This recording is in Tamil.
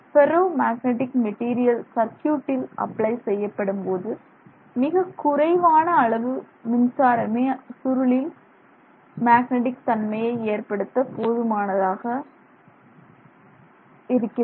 ஃபெர்ரோ மேக்னடிக் மெட்டீரியல் சர்க்யூட்டில் அப்ளை செய்யப்படும்போது மிகக் குறைவான அளவு மின்சாரமே சுருளில் மேக்னடிக் தன்மையை ஏற்படுத்த போதுமானதாக இருக்கிறது